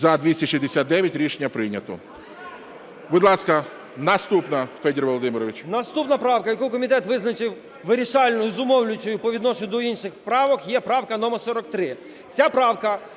За-269 Рішення прийнято. Будь ласка, наступна, Федір Володимирович. 13:27:38 ВЕНІСЛАВСЬКИЙ Ф.В. Наступна правка, яку комітет визначив вирішальною, зумовлюючою по відношенню до інших правок, є правка номер 43.